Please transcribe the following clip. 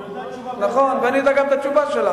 היא יודעת את התשובה בעל-פה.